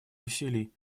усилий